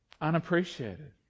unappreciated